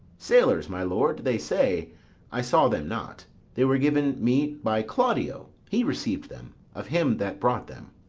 sailors, my lord, they say i saw them not they were given me by claudio he receiv'd them of him that brought them.